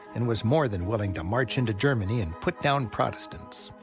and was more than willing to march into germany and put down protestants.